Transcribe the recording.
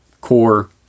core